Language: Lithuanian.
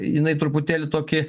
jinai truputėlį tokį